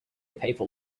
people